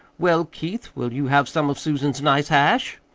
well, keith, will you have some of susan's nice hash?